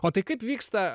o tai kaip vyksta